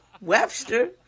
Webster